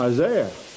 Isaiah